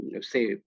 say